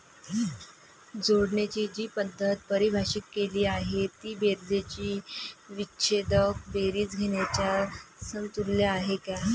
जोडण्याची जी पद्धत परिभाषित केली आहे ती बेरजेची विच्छेदक बेरीज घेण्याच्या समतुल्य आहे